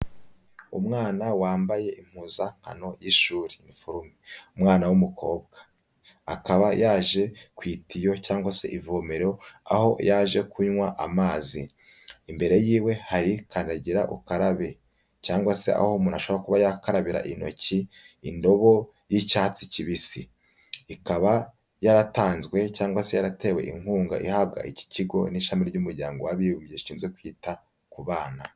Umwana wambaye impuzankano y'ishuri, iniforume. Umwana w'umukobwa akaba yaje ku itiyo cyangwa se ivomero aho yaje kunywa amazi, imbere yiwe hari kandagira ukarabe cyangwa se aho umuntushaka kuba yakarabira intoki, indobo y'icyatsi kibisi, ikaba yaratanzwe cyangwa se yaratewe inkunga ihabwa iki kigo n'ishami ry'umuryango w'abibubye rishinze kwita ku bana.